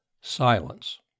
Silence